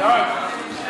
נתקבלה.